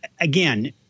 again